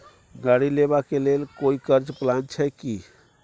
गाड़ी लेबा के लेल कोई कर्ज प्लान छै की?